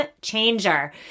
changer